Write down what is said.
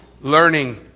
learning